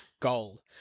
gold